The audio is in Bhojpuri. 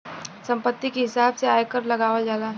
संपत्ति के हिसाब से आयकर लगावल जाला